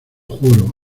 juro